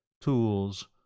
tools